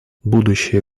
будущее